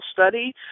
study